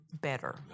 better